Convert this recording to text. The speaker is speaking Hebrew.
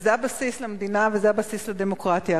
וזה הבסיס למדינה וזה הבסיס לדמוקרטיה.